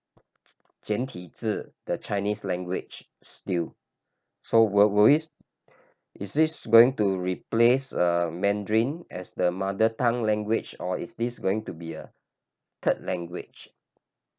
简体字:Jian Ti Zi the Chinese language still so were were it is this going to replace a mandarin as the mother tongue language or is this going to be a third language